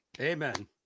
Amen